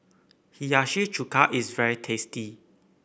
Hiyashi Chuka is very tasty